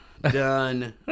done